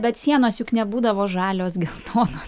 bet sienos juk nebūdavo žalios geltonos